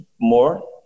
more